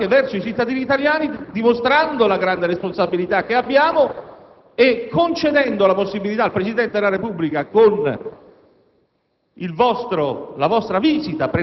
tutto il bene possibile, ma facciamolo anche verso i cittadini italiani, dimostrando la grande responsabilità che abbiamo e concedendo al Presidente della Repubblica la